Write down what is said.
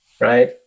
right